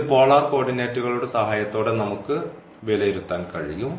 ഇത് പോളാർ കോർഡിനേറ്റുകളുടെ സഹായത്തോടെ നമുക്ക് വിലയിരുത്താൻ കഴിയും